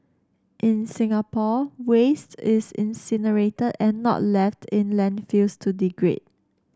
in Singapore waste is incinerated and not left in landfills to degrade